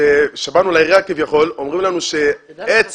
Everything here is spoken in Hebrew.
כשבאנו לעירייה כביכול אומרים לנו שעץ